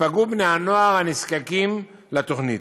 ייפגעו בני-הנוער הנזקקים לתוכנית.